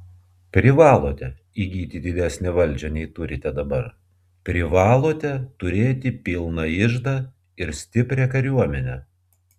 privalote įgyti didesnę valdžią nei turite dabar privalote turėti pilną iždą ir stiprią kariuomenę